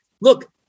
look